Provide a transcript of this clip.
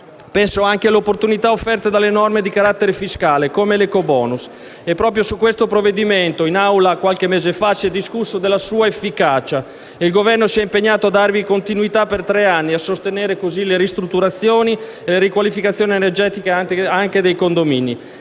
Penso anche alle opportunità offerte dalle norme di carattere fiscale, come l'ecobonus. E proprio su questo provvedimento, in questa Aula, qualche mese fa si è discusso della sua efficacia e il Governo si è impegnato a darvi continuità per tre anni per sostenere così le ristrutturazioni e le riqualificazioni energetiche anche dei condomini.